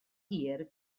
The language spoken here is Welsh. hir